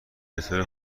بطور